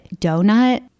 donut